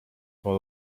for